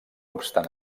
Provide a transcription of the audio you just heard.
obstant